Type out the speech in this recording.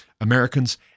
Americans